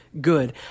good